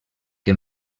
que